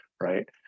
right